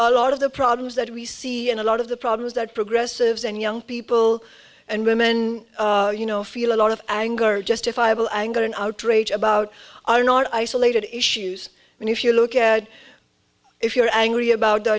a lot of the problems that we see and a lot of the problems that progressives and young people and women you know feel a lot of anger justifiable anger and outrage about are not isolated issues and if you look at if you're angry about the